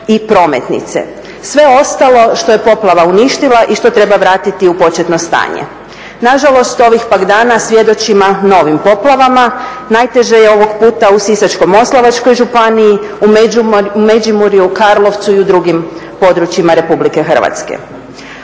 i prometnice. Sve ostalo što je poplava uništila i što treba vratiti u početno stanje. Nažalost, ovih pak dana svjedočimo novim poplavama. Najteže je ovog puta u Sisačko-moslavačkoj županiji, u Međimurju, Karlovcu i u drugim područjima RH. Ovim putem